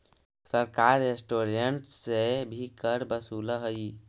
सरकार रेस्टोरेंट्स से भी कर वसूलऽ हई